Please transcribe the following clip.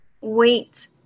wait